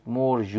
more